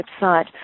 website